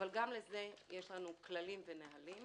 אבל גם לזה יש לנו כללים ונהלים.